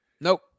Nope